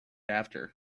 after